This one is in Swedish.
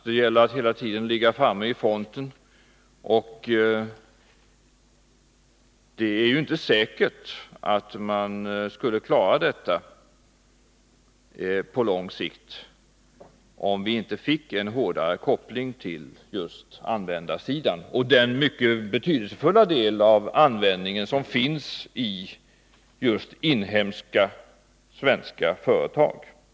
Det gäller att hela tiden ligga framme i täten, och det är inte säkert att man skulle klara detta på lång sikt om man inte fick en hårdare koppling till just användarsidan och den mycket betydelsefulla del av användningen som finns i just inhemska svenska företag.